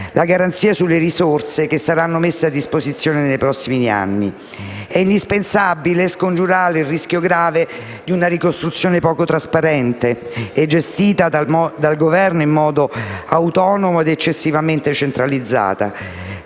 le garanzie sulle risorse che saranno messe a disposizione nei prossimi anni. È indispensabile scongiurare il rischio grave di una ricostruzione poco trasparente e gestita dal Governo in modo autonomo ed eccessivamente centralizzato.